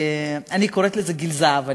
אני קוראת לזה גיל הזהב,